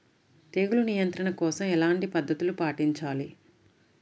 తెగులు నియంత్రణ కోసం ఎలాంటి పద్ధతులు పాటించాలి?